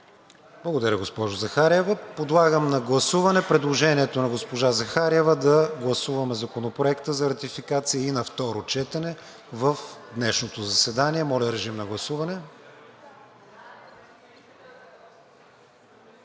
Благодаря, госпожо Захариева. Подлагам на гласуване предложението на госпожа Захариева да гласуваме Законопроекта за ратификация и на второ четене в днешното заседание. Гласували